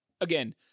again